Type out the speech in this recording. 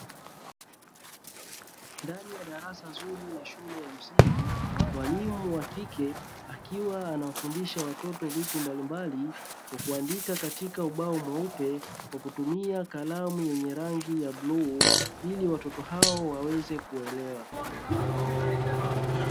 Ndani ya darasa zuri la shule ya msingi, mwalimu wa kike akiwa anawafundisha watoto vitu mbalimbali kwa kuandika katika ubao mweupe, kwa kutumia kalamu yenye rangi ya bluu ili watoto hao waweze kuelewa.